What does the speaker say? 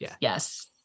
yes